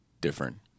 different